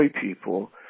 people